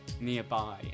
nearby